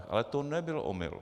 Ale to nebyl omyl.